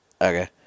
Okay